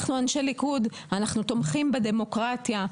אנחנו אנשי ליכוד, אנחנו תומכים בדמוקרטיה.